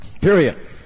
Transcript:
period